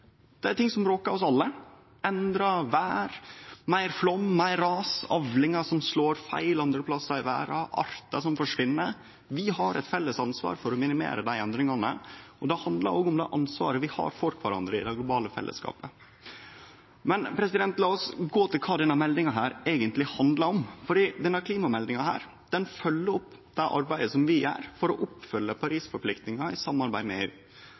Det er ting som råkar oss alle – endra vêr, meir flaum, meir ras, avlingar som slår feil andre plassar i verda, artar som forsvinn. Vi har eit felles ansvar for å minimere dei endringane, og det handlar òg om det ansvaret vi har for kvarandre i det globale fellesskapet. Men la oss gå til kva denne meldinga eigentleg handlar om. Denne klimameldinga følgjer opp det arbeidet som vi gjer for å oppfylle Paris-forpliktinga i samarbeid med EU.